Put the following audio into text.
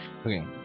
Okay